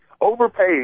Overpaid